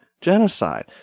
genocide